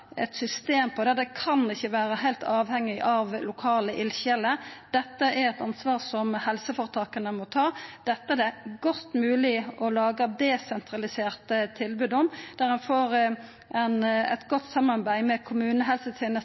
eit system for det, det kan ikkje vera heilt avhengig av lokale eldsjeler. Dette er eit ansvar helseføretaka må ta. Dette er det godt mogleg å laga desentraliserte tilbod om, der ein får eit godt samarbeid med